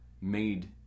made